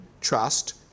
trust